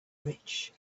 rich